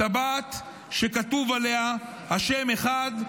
טבעת שכתוב עליה: השם אחד,